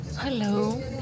Hello